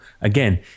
again